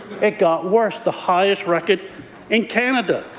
it got worse the highest record in canada.